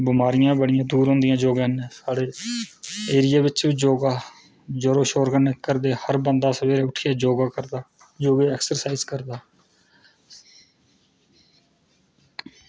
बमारियां बड़ियां दूर होंदियां योगा कन्नै साढ़े एरिया बिच योगा जोर शोर कन्नै करदे हर बंदा सवेरे उट्ठियै करदा योगा एक्सरसाईज़ करदा